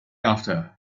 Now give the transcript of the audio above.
after